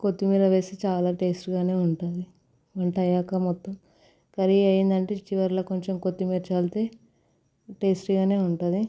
కొత్తిమీర వేసి చాలా టేస్ట్ గానే ఉంటుంది ఇంతయ్యాక మొత్తం కర్రీ అయింది అంటే చివరిలో కొంచెం కొత్తిమీర చల్లితే టేస్ట్ గానే ఉంటుంది